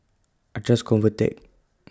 I Trust Convatec